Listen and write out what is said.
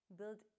build